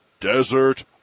desert